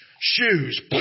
Shoes